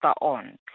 on